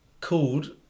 called